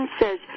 says